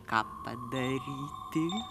ką padaryti